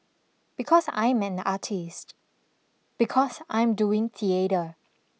because I am an artist because I'm doing theatre